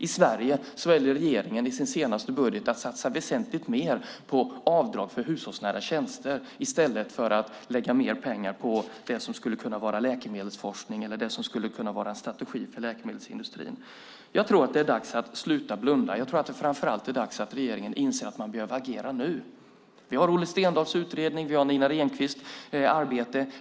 I Sverige väljer regeringen i sin senaste budget att satsa väsentligt mer på avdrag för hushållsnära tjänster i stället för att lägga mer pengar på läkemedelsforskningen eller en strategi för läkemedelsindustrin. Jag tror att det är dags att sluta blunda. Jag tror att det framför allt är dags att regeringen inser att man behöver agera nu. Vi har Olle Stendahls utredning. Vi har Nina Rehnqvists arbete.